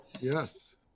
yes